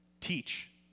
teach